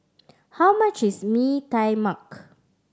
how much is Mee Tai Mak